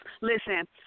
Listen